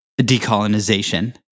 decolonization